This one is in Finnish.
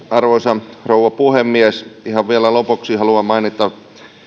arvoisa rouva puhemies ihan vielä lopuksi haluan mainita että tämä